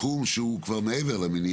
ויש גם את התחום שהוא מעבר למניעתי